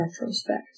retrospect